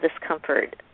discomfort